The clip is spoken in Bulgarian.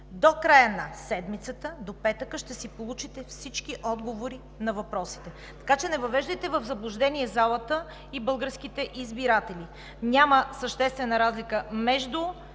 До края на седмицата – до петък, ще получите отговори на всичките си въпроси. Така че не въвеждайте в заблуждение залата и българските избиратели. Няма съществена разлика между